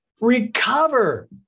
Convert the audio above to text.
Recover